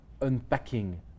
unpacking